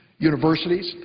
universities,